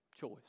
choice